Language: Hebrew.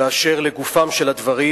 באשר לגופם של הדברים,